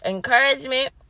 Encouragement